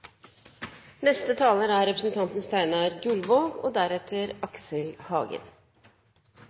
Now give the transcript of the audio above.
Neste taler er representanten Torgeir Trældal og deretter